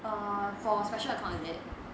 err for special account is it